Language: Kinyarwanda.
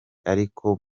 ariko